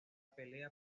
pelea